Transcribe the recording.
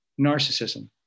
narcissism